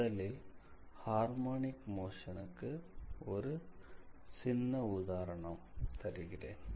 முதலில் harmonic motion க்கு ஒரு சின்ன உதாரணம் தருகிறேன்